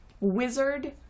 wizard